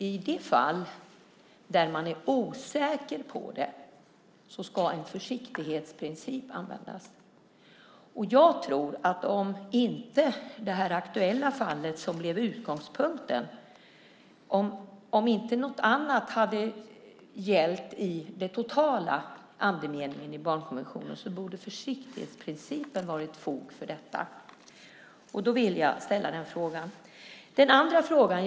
I de fall där man är osäker ska en försiktighetsprincip användas. Jag tror att även om det inte hade funnits något annat i barnkonventionen som hade varit tillämpligt i det aktuella fallet borde åtminstone försiktighetsprincipen ha haft fog för sig. Då vill jag ställa den frågan. Så till den andra frågan.